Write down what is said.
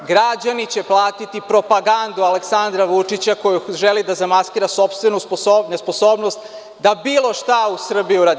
Građani će platiti propagandu Aleksandra Vučića, kojom želi da zamaskira sopstvenu sposobnost da bilo šta u Srbiji uradi.